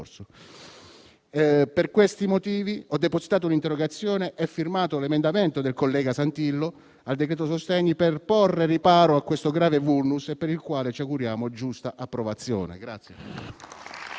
Per questi motivi, ho depositato un'interrogazione e firmato l'emendamento del collega Santillo al decreto sostegni per porre riparo a tale grave *vulnus*, per il quale ci auguriamo giusta approvazione.